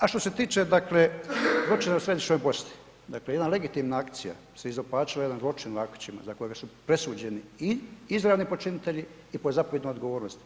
A što se tiče, dakle, zločina u Središnjoj Bosni, dakle, jedna legitimna akcija se izopačila u jedan zločin u Ahmićima za kojega su presuđeni i izravni počinitelji i po zapovjednoj odgovornosti.